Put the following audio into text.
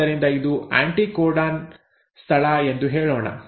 ಆದ್ದರಿಂದ ಇದು ಆ್ಯಂಟಿಕೋಡಾನ್ ಸ್ಥಳ ಎಂದು ಹೇಳೋಣ